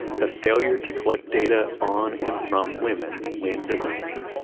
the failure to collect data on and from women when designing,